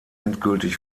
endgültig